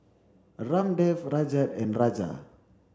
Ramdev Rajat and Raja